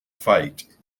fight